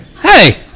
hey